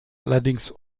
allerdings